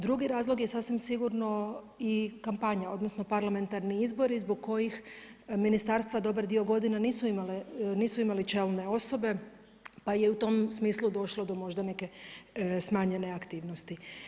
Drugi razlog je sasvim sigurno i kampanja odnosno parlamentarni izbori zbog kojih ministarstva dobar dio godina nisu imali čelne osobe pa je u tom smislu došlo do možda neke smanjene aktivnosti.